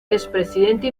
expresidente